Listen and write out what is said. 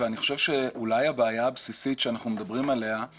ואני חושב ואולי הבעיה הבסיסית שאנחנו מדברים עליה זה